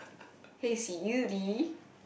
hey Siri